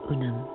Unum